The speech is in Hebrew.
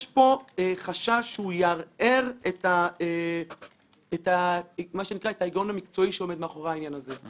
יש פה חשש שהוא יערער את ההיגיון המקצועי שעומד מאחורי העניין הזה.